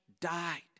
died